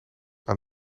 aan